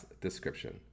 description